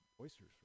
oysters